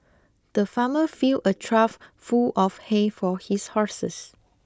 the farmer filled a trough full of hay for his horses